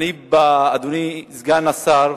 אדוני סגן השר,